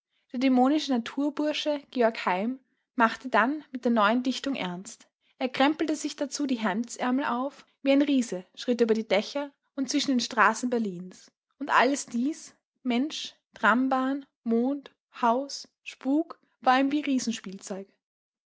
der dämonische naturbursche georg heim machte dann mit der neuen dichtung ernst er krempelte sich dazu die hemdsärmel auf wie ein riese schritt er über die dächer und zwischen den straßen berlins und allesdies mensch trambahn mond spelunkenspuk war ihm wie